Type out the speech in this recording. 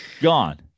Gone